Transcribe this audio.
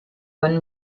bonne